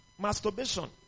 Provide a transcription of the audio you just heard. masturbation